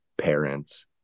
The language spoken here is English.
parents